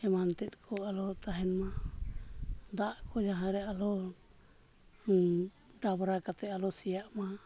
ᱮᱢᱟᱱᱛᱮᱫ ᱠᱚ ᱟᱞᱚ ᱛᱟᱦᱮᱱᱢᱟ ᱫᱟᱜ ᱠᱚ ᱡᱟᱦᱟᱸᱨᱮ ᱟᱞᱚ ᱰᱟᱵᱽᱨᱟ ᱠᱟᱛᱮᱫ ᱟᱞᱚ ᱥᱮᱭᱟᱜᱼᱢᱟ